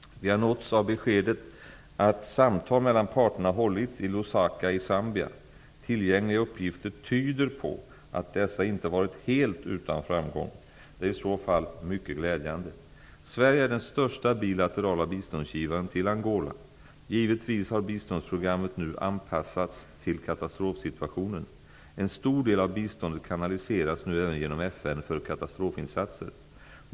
Vi har nåtts av beskedet att samtal mellan parterna hållits i Lusaka i Zambia. Tillgängliga uppgifter tyder på att dessa inte varit helt utan framgång. Det är i så fall mycket glädjande. Sverige är den största bilaterala biståndsgivaren till Angola. Givetvis har biståndsprogrammet nu anpassats till katastrofsituationen. En stor del av biståndet kanaliseras nu även genom FN för katastrofinsatser.